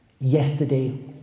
Yesterday